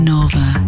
Nova